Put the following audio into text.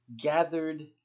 gathered